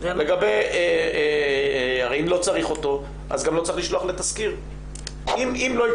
הרי אם לא צריך אותו, גם לא צריך לשלוח לתסקיר.